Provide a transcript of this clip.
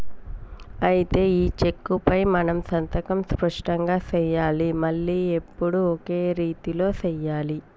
అయితే ఈ చెక్కుపై మనం సంతకం స్పష్టంగా సెయ్యాలి మళ్లీ ఎప్పుడు ఒకే రీతిలో సెయ్యాలి